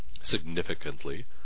Significantly